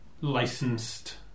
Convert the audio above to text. licensed